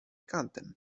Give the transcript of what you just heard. kantem